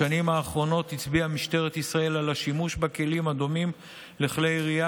בשנים האחרונות הצביעה משטרת ישראל על השימוש בכלים הדומים לכלי ירייה,